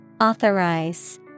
Authorize